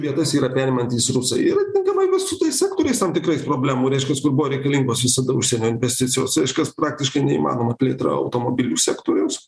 vietas yra perimantys rusai ir atitinkamai va su tais sektoriais tam tikrais problemų reiškias kur buvo reikalingos visada užsienio investicijos reiškias praktiškai neįmanoma plėtra automobilių sektoriaus